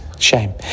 shame